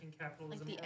capitalism